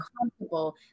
comfortable